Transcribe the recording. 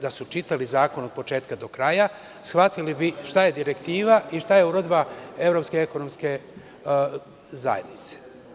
Da su čitali zakon od početka do kraja shvatili bi šta je direktiva i šta je uredba Evropske ekonomske zajednice.